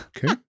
Okay